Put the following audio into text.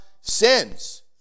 sins